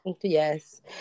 Yes